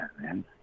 man